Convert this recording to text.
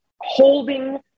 holding